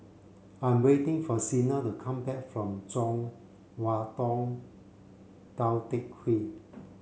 I'm waiting for Sheena to come back from Chong Hua Tong Tou Teck Hwee